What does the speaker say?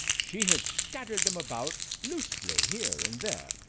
she had scattered them about loosely, here and there.